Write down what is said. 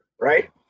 right